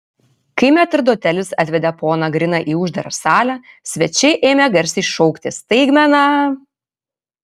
kai metrdotelis atvedė poną griną į uždarą salę svečiai ėmė garsiai šaukti staigmena